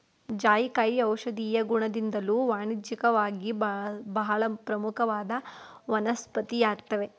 ಜಾಯಿಕಾಯಿ ಔಷಧೀಯ ಗುಣದಿಂದ್ದಲೂ ವಾಣಿಜ್ಯಿಕವಾಗಿ ಬಹಳ ಪ್ರಮುಖವಾದ ವನಸ್ಪತಿಯಾಗಯ್ತೆ